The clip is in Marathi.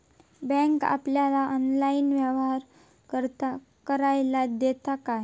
बँक आपल्याला ऑनलाइन व्यवहार करायला देता काय?